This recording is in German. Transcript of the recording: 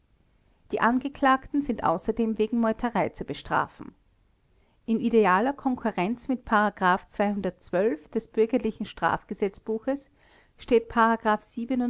die angeklagten sind außerdem wegen meuterei zu bestrafen in idealer konkurrenz mit des bürgerlichen strafgesetzbuches steht